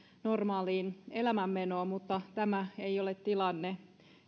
normaaliin elämänmenoon mutta tämä ei ole tilanne